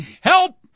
Help